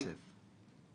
כמה זה בכסף?